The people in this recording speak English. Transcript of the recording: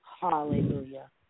hallelujah